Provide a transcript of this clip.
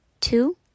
Two